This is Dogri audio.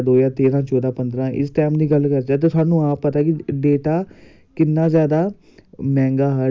चलदी रवै गेम बच्चा रवै केंई जेह्ड़े मां बाप होंदे ओह् बच्चेई स्पोर्ट नेंई करदे हैन